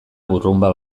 burrunba